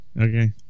Okay